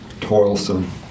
toilsome